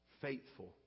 faithful